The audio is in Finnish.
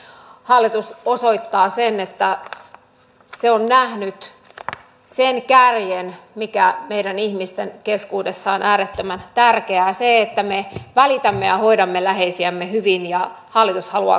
hallitus osoittaa että se on nähnyt sen kärjen mikä meidän ihmisten keskuudessa on äärettömän tärkeä se että me välitämme ja hoidamme läheisiämme hyvin ja hallitus haluaa kannustaa siihen